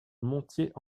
montier